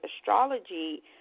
astrology